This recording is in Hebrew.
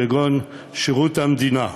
כגון שירות המדינה,